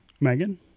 Megan